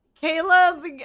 caleb